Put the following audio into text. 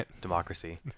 democracy